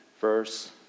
verse